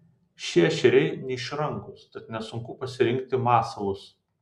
šie ešeriai neišrankūs tad nesunku pasirinkti masalus